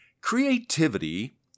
Creativity